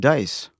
Dice